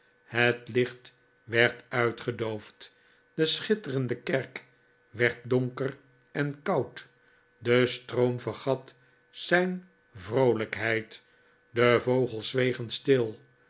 het licht werd uitgedoofd de schitterende kerk werd donker en koud de stroom vergat zijn vroolijkheid de vogels zwegen stil